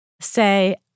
say